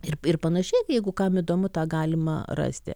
ir ir panašiai jeigu kam įdomu tą galima rasti